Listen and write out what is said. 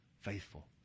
faithful